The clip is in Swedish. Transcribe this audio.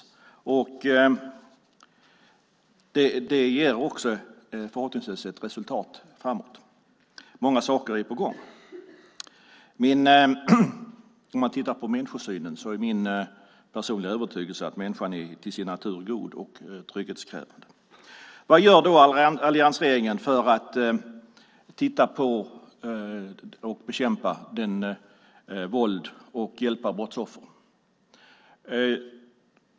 De ger också förhoppningsvis ett resultat framöver. Många saker är på gång. När det gäller människosyn är min personliga övertygelse att människan är till sin natur god och trygghetskrävande. Vad gör då alliansregeringen för att bekämpa våld och hjälpa brottsoffer?